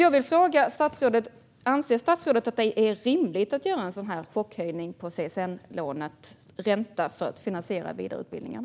Jag vill fråga statsrådet: Anser statsrådet att det är rimligt att göra en sådan här chockhöjning av CSN-lånets ränta för att finansiera vidareutbildningen?